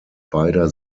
beider